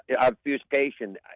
obfuscation